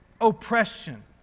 oppression